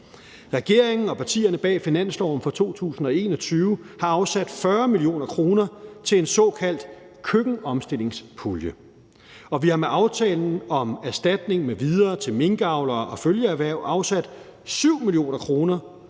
Regeringen og partierne bag finansloven for 2021 har afsat 40 mio. kr. til en såkaldt køkkenomstillingspulje, og vi har med aftalen om erstatning m.v. til minkavlere og følgeerhverv afsat 7 mio. kr.